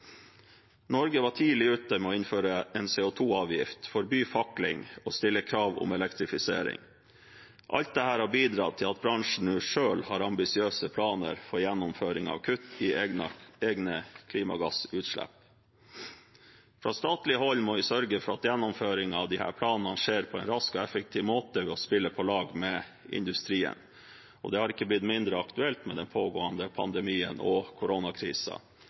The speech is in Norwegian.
Norge var tidlig ute med å innføre en CO 2 -avgift, forby fakling og stille krav om elektrifisering. Alt dette har bidratt til at bransjen nå selv har ambisiøse planer for gjennomføring av kutt i egne klimagassutslipp. Fra statlig hold må vi sørge for at gjennomføring av disse planene skjer på en rask og effektiv måte ved å spille på lag med industrien, og det har ikke blitt mindre aktuelt med den pågående pandemien og